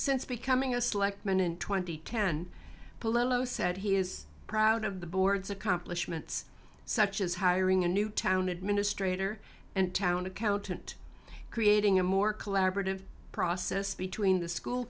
since becoming us lekman and twenty ten below said he is proud of the board's accomplishments such as hiring a new town administrator and town accountant creating a more collaborative process between the school